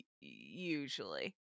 usually